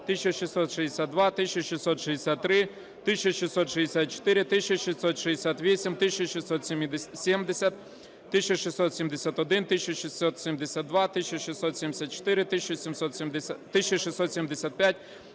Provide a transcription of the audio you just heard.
1662, 1663, 1664, 1668, 1670, 1671, 1672, 1674, 1675,